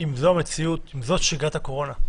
זו המציאות, זו שגרת הקורונה,